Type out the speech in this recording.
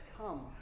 come